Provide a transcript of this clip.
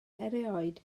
erioed